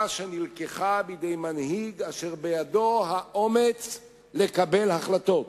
שקיבל מנהיג אשר בידו האומץ לקבל החלטות.